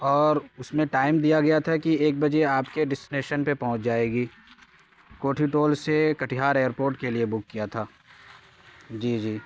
اور اس میں ٹائم دیا گیا تھا کہ ایک بجے آپ کے ڈسٹینیشن پہ پہنچ جائے گی کوٹھی ٹول سے کٹیہار ایئر پورٹ کے لیے بک کیا تھا جی جی